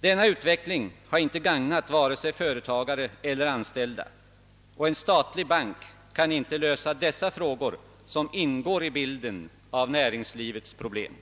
Denna utveckling har inte gagnat vare sig företagare eller anställda, och en statlig bank kan inte lösa dessa frågor, som ingår i bilden av näringslivets problem.